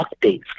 updates